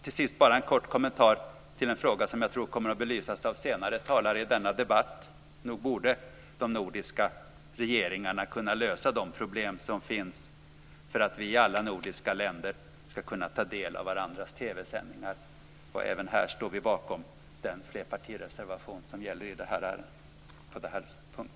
Till sist bara en kort kommentar till en fråga som jag tror kommer att belysas av senare talare i denna debatt: Nog borde de nordiska regeringarna kunna lösa de problem som finns för att vi i alla de nordiska länderna ska kunna ta del av varandras TV-sändningar. Även här står vi bakom flerpartireservationen på denna punkt.